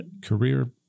career